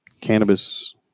cannabis